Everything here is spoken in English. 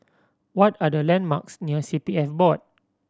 what are the landmarks near C P F Board